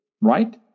right